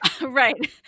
Right